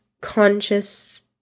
conscious